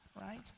Right